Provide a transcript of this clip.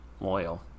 Loyal